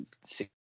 six